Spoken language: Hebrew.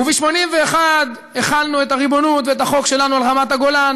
וב-1981 החלנו את הריבונות ואת החוק שלנו על רמת-הגולן.